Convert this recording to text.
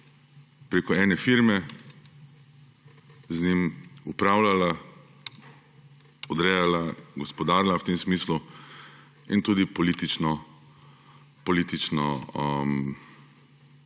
preko ene firme z njim upravljala, odrejala, gospodarila v tem smislu in tudi politično